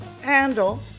handle